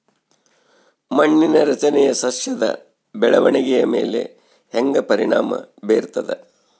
ಮಣ್ಣಿನ ರಚನೆಯು ಸಸ್ಯದ ಬೆಳವಣಿಗೆಯ ಮೇಲೆ ಹೆಂಗ ಪರಿಣಾಮ ಬೇರ್ತದ?